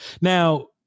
Now